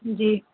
جی